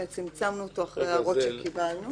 צמצמנו אותו אחרי הערות שקיבלנו.